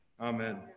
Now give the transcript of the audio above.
Amen